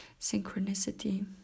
synchronicity